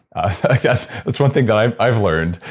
i guess that's one thing that i've i've learned,